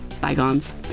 bygones